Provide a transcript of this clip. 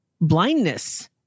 blindness